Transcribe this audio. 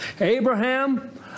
Abraham